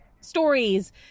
stories